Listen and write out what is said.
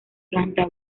planta